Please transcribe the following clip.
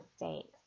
mistakes